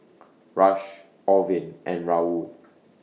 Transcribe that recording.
Rush Orvin and Raul